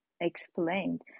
explained